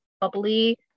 bubbly